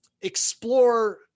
explore